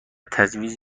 تجویز